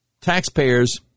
taxpayers